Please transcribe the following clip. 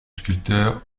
sculpteur